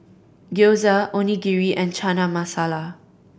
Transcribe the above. Gyoza Onigiri and Chana Masala